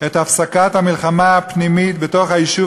את הפסקת המלחמה הפנימית בתוך היישוב